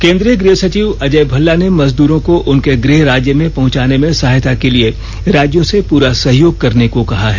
केन्द्रीय गृह सचिव अजय भल्ला ने मजद्रों को उनके गृह राज्य में पहंचाने में सहायता के लिए राज्यों से पूरा सहयोग करने को कहा है